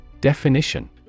definition